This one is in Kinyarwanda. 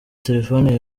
telephone